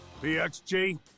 BXG